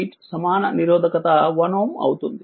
8 సమాన నిరోధకత 1 Ω అవుతుంది